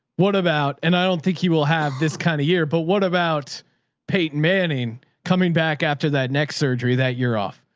what about, and i don't think he will have this kind of year, but what about peyton manning coming back after that next surgery? that year off,